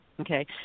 okay